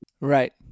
Right